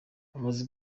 hamaze